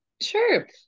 Sure